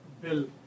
Bill